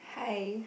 hi